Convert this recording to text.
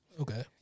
Okay